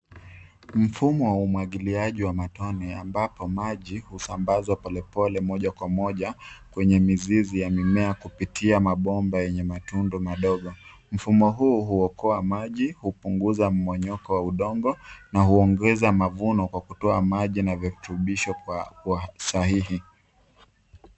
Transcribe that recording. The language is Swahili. Mfumo wa umwagiliaji wa matone ambapo maji husambazwa polepole moja kwa moja kwenye mizizi ya mimea kupitia mabomba yenye matundu madogo. Mfumo huu huokoa maji hupunguza mmonyoko wa udongo na huongeza mavuno kwa kutoa maji na virutubisho kwa sahihi.